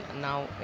now